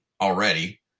already